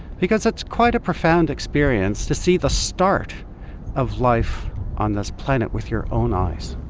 because it's quite a profound experience, to see the start of life on this planet with your own eyes.